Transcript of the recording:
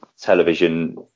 television